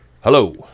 Hello